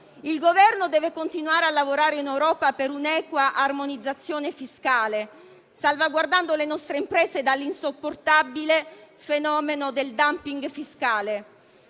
Il Governo deve continuare a lavorare in Europa per un'equa armonizzazione fiscale, salvaguardando le nostre imprese dall'insopportabile fenomeno del *dumping* fiscale;